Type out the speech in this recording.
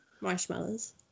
marshmallows